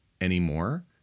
anymore